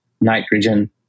nitrogen